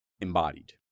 embodied